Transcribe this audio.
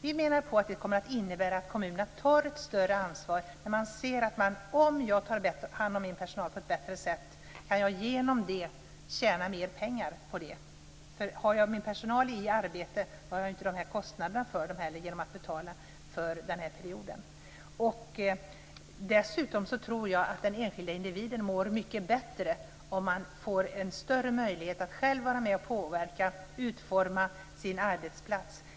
Vi menar att kommunerna kommer att ta ett större ansvar när de ser att de genom att ta hand om sin personal på ett bättre sätt tjänar mer pengar. Är personalen i arbete behöver man ju inte betala kostnaden för den förlängda sjuklöneperioden. Dessutom tror jag att den enskilde individen mår mycket bättre om man får en större möjlighet att själv vara med och påverka och utforma sin arbetsplats.